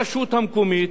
ברשות המקומית,